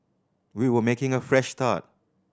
we were making a fresh start